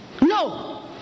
no